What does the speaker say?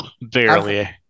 barely